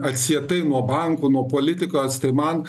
atsietai nuo bankų nuo politikos tai man